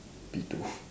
P two